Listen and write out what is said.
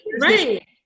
right